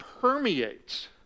permeates